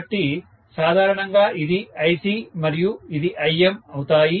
కాబట్టి సాధారణంగా ఇది IC మరియు ఇది Im అవుతాయి